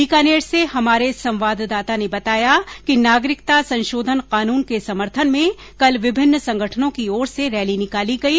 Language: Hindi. बीकानेर से हमारे संवाददाता ने बतायाकि नागरिकता संशोधन कानून के समर्थन में कल विभिन्न संगठनों की ओर से रैली निकाली गई